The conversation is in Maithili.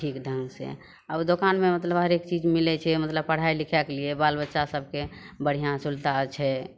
ठीक ढङ्गसे आब दोकानमे मतलब हरेक चीज मिलै छै मतलब पढ़ाइ लिखाइके लिए बालबच्चा सभकेँ बढ़िआँ सुविधा छै